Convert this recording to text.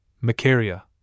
Macaria